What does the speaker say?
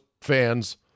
fans